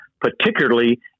particularly